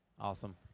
awesome